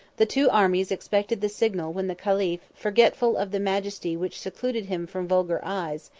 the two armies expected the signal when the caliph, forgetful of the majesty which secluded him from vulgar eyes,